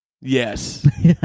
Yes